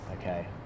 Okay